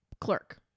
clerk